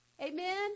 Amen